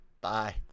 Bye